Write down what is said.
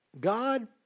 God